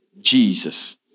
Jesus